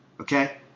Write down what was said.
Okay